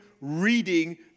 reading